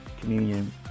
communion